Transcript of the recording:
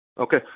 Okay